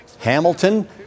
Hamilton